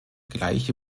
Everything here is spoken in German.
gleiche